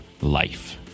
life